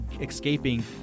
escaping